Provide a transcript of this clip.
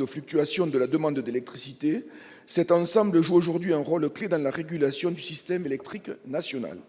aux fluctuations de la demande d'électricité, cet ensemble joue aujourd'hui un rôle clef dans la régulation du système électrique national.